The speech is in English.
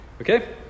Okay